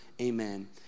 Amen